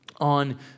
on